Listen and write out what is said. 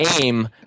aim